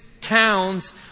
towns